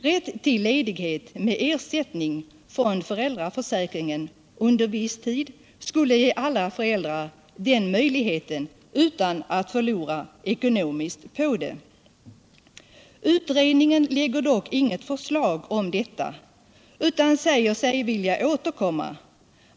Rätt till ledighet med ersättning från föräldraförsäkringen under viss tid skulle ge alla föräldrar den möjligheten utan att förlora ekonomiskt på det. Utredningen lägger dock inget förslag om detta, utan säger sig vilja återkomma.